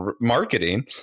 marketing